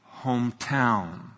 hometown